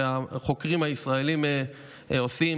שהחוקרים הישראלים עושים.